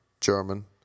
German